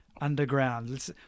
underground